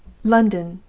london,